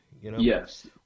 Yes